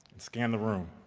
and scan the room.